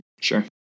Sure